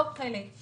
רגשי ולימודי.